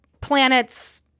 planets